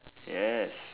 yes